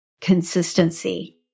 consistency